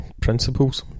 principles